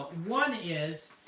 one is